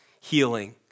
healing